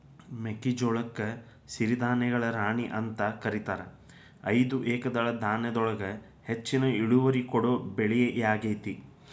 ಮೆಕ್ಕಿಜೋಳಕ್ಕ ಸಿರಿಧಾನ್ಯಗಳ ರಾಣಿ ಅಂತ ಕರೇತಾರ, ಇದು ಏಕದಳ ಧಾನ್ಯದೊಳಗ ಹೆಚ್ಚಿನ ಇಳುವರಿ ಕೊಡೋ ಬೆಳಿಯಾಗೇತಿ